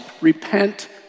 repent